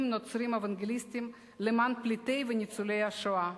הנוצריים-אוונגליסטיים למען פליטי וניצולי השואה.